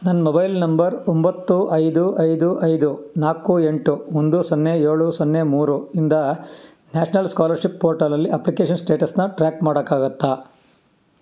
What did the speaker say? ನನ್ನ mobile number ಒಂಬತ್ತು ಐದು ಐದು ಐದು ನಾಲ್ಕು ಎಂಟು ಒಂದು ಸೊನ್ನೆ ಏಳು ಸೊನ್ನೆ ಮೂರು ಇಂದ ನ್ಯಾಷನಲ್ ಸ್ಕಾಲರ್ಶಿಪ್ ಪೋರ್ಟಲಲ್ಲಿ ಅಪ್ಲಿಕೇಷನ್ ಸ್ಟೇಟಸ್ನ ಟ್ರ್ಯಾಕ್ ಮಾಡೋಕ್ಕಾಗುತ್ತಾ